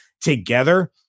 together